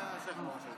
חמד,